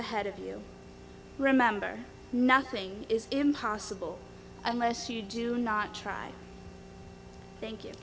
ahead of you remember nothing is impossible unless you do not try thank you